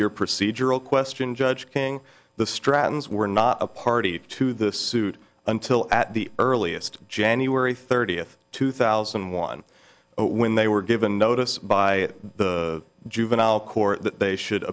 your procedural question judge king the stratton's were not a party to the suit until at the earliest january thirtieth two thousand and one when they were given notice by the juvenile court that they should